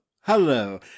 hello